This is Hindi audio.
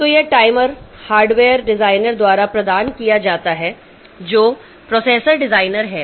तो यह टाइमर हार्डवेयर डिजाइनर द्वारा प्रदान किया जाता है जो प्रोसेसर डिजाइनर है